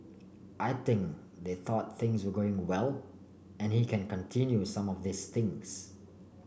I think they thought things were going well and he can continue some of these things